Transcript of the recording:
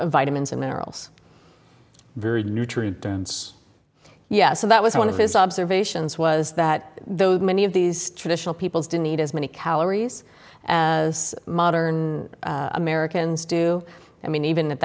vitamins and minerals very neutral terms yes so that was one of his observations was that those many of these traditional peoples don't need as many calories as modern americans do i mean even at